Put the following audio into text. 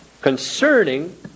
concerning